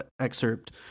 Excerpt